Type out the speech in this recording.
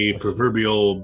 proverbial